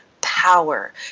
power